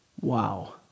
wow